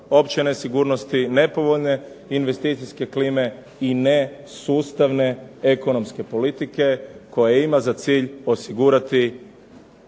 opće nesigurnosti, nepovoljne investicijske klime i nesustavne ekonomske politike koja ima za cilj osigurati